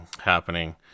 happening